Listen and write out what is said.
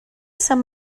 sant